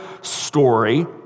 story